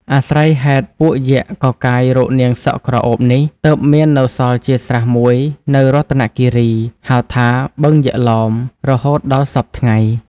អាស្រ័យហេតុពួកយក្ខ កកាយរកនាងសក់ក្រអូបនេះ ទើបមាននៅសល់ជាស្រះមួយនៅរតនគិរី ហៅថា "បឹងយក្សឡោម" រហូតដល់សព្វថ្ងៃ ។